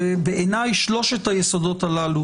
שלושת היסודות הללו